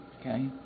Okay